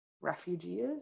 refugees